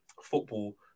football